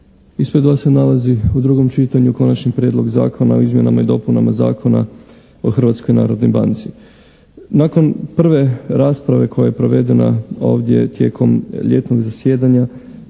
da se nalazi u drugom čitanju Konačni prijedlog zakona o izmjenama i dopunama Zakona o Hrvatskoj narodnoj banci. Nakon prve rasprave koja je provedena ovdje tijekom ljetnog zasjedanja